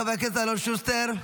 חבר הכנסת אלון שוסטר,